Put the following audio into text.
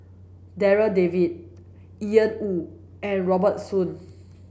Darryl David Ian Woo and Robert Soon